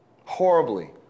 horribly